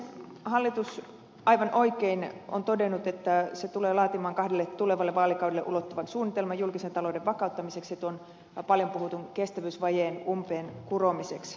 hallitus on aivan oikein todennut että se tulee laatimaan kahdelle tulevalle vaalikaudelle ulottuvan suunnitelman julkisen talouden vakauttamiseksi ja tuon paljon puhutun kestävyysvajeen umpeenkuromiseksi